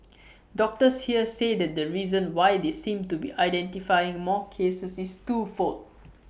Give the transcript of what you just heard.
doctors here say that the reason why they seem to be identifying more cases is twofold